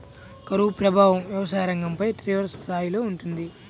కరువు ప్రభావం వ్యవసాయ రంగంపై తీవ్రస్థాయిలో ఉంటుంది